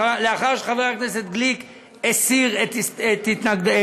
לאחר שחבר הכנסת גליק הסיר את הסתייגותו.